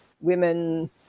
Women